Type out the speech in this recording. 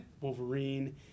Wolverine